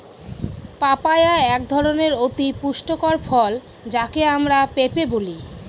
papaya একধরনের অতি পুষ্টিকর ফল যাকে আমরা পেঁপে বলি